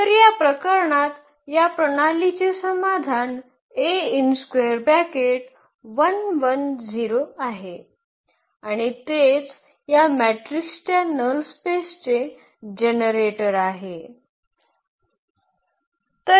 तर या प्रकरणात या प्रणालीचे समाधान आहे आणि तेच या मॅट्रिक्सच्या नल स्पेसचे जनरेटर आहे